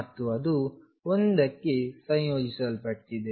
ಮತ್ತು ಅದು 1 ಕ್ಕೆ ಸಂಯೋಜಿಸಲ್ಪಟ್ಟಿದೆ